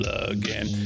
again